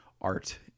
art